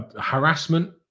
harassment